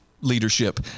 leadership